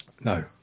No